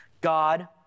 God